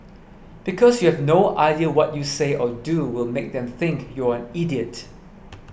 because you have no idea what you say or do will make them think you're an idiot